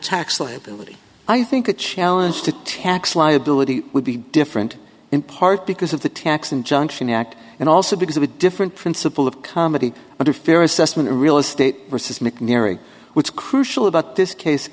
tax liability i think a challenge to tax liability would be different in part because of the tax injunction act and also because of a different principle of comedy but a fair assessment of real estate versus mcnairy which crucial about this case